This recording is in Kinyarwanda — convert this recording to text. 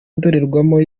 ndorerwamo